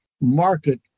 market